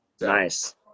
Nice